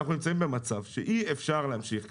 אנחנו נמצאים במצב שאי אפשר להמשיך כך.